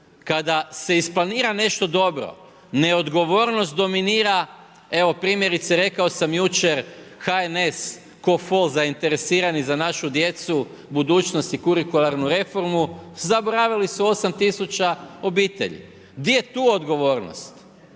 kada se isplanira nešto dobro, neodgovornost dominira, evo, primjerice rekao sam jučer, HNS ko fol zainteresirani za našu djecu, budućnost i kurikularnu reformu, zaboravili su 8000 obitelji, gdje je tu odgovornost?